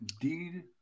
Indeed